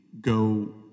go